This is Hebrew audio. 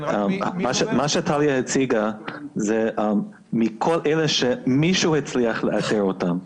מה שטליה הציגה זה מכל אלה שמישהו הצליח לאתר אותם,